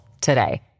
today